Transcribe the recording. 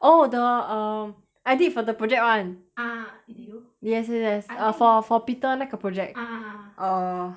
oh the um I did for the project [one] ah did you yes yes for for peter 那个 project ah err